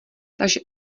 takže